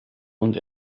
und